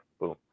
boom